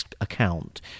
account